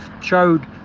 showed